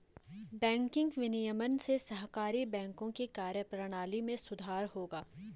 banking विनियमन से सहकारी बैंकों की कार्यप्रणाली में सुधार होगा